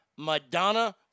Madonna